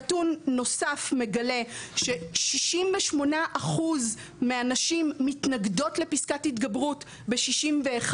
נתון נוסף מגלה ש- 68% מהנשים מתנגדות לפסקת ההתגברות ב- 61,